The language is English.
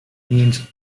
means